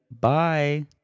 Bye